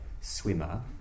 swimmer